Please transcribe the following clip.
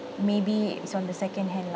maybe it's on the second hand lah